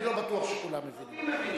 אני לא בטוח שכולם מבינים.